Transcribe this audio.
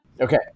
Okay